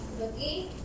Okay